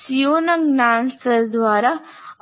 CO ના જ્ઞાનના સ્તર દ્વારા